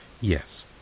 Yes